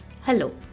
Hello